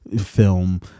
film